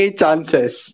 chances